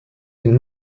den